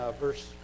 verse